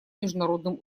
международным